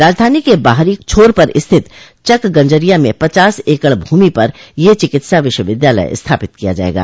राजधानी के बाहरी छोर पर स्थित चकगजरिया में पचास एकड़ भूमि पर यह चिकित्सा विश्वविद्यालय स्थापित किया जायेगा